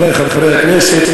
חברי חברי הכנסת,